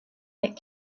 that